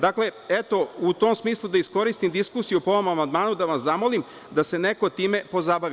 Dakle, eto, u tom smislu da iskoristim diskusiju po ovom amandmanu da vas zamolim, da se neko time pozabavi.